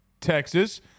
Texas